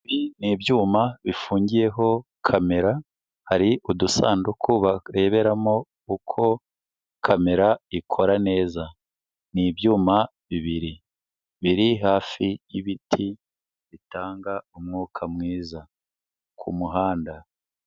Ibi ni ibyuma bifungiyeho kamera hari udusanduku bareberamo uko kamera ikora neza, ni ibyuma bibiri biri hafi y'ibiti bitanga umwuka mwiza ku muhanda.